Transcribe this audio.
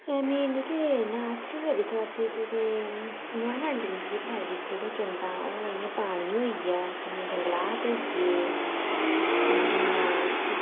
एह् मेन जेह्के natural resources दे इन्वायरनामेंट जेह्का साढ़े डिस्ट्रिक्ट च औंदा हून जियां पानी होइया जंगलात होइये इंदियां